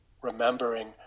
remembering